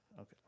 Okay